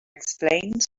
explained